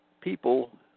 people